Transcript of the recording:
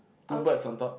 two birds on top